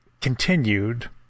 continued